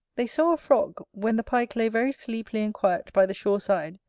they saw a frog, when the pike lay very sleepily and quiet by the shore side,